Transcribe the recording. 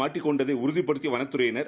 மாட்டிக்கொண்டறதஉறுதிப்படுத்தியவனத்தறையினர்